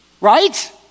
right